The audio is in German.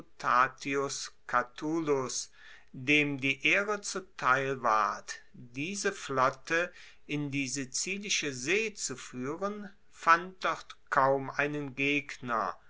lutatius catulus dem die ehre zuteil ward diese flotte in die sizilische see zu fuehren fand dort kaum einen gegner